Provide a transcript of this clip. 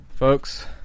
Folks